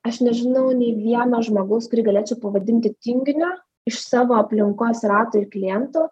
aš nežinau nei vieno žmogaus kurį galėčiau pavadinti tinginiu iš savo aplinkos rato ir klientų